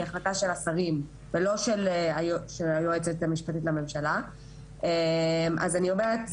החלטה של השרים ולא של היועצת המשפטית לממשלה ולכן אני אומרת,